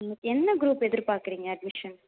ம் என்ன க்ரூப் எதிர்பார்க்கறிங்க அட்மிஷன்